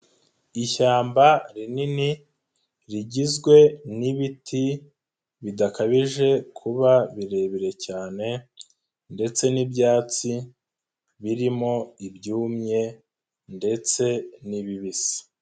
Ishyamba rinini rigizwe n'ibiti bidakabije kuba birebire cyane ndetse n'ibyatsi birimo ibyumye ndetse n'ibibisi.